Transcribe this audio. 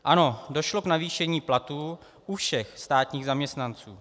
Ano, došlo k navýšení platů u všech státních zaměstnanců.